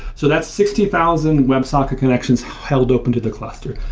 so that's sixty thousand web socket connections held up into the cluster.